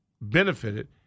benefited